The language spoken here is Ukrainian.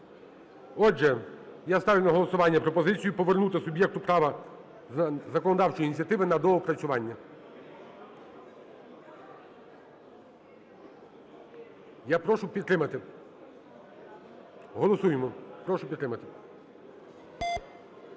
Отже, я ставлю на голосування пропозицію повернути суб’єкту права законодавчої ініціативи на доопрацювання. Я прошу підтримати. Голосуємо. Прошу підтримати.